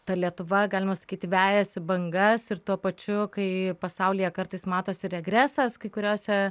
ta lietuva galima sakyti vejasi bangas ir tuo pačiu kai pasaulyje kartais matosi regresas kai kuriose